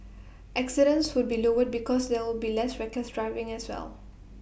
accidents would be lowered because they'll be less reckless driving as well